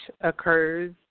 occurs